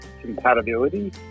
compatibility